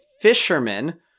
fisherman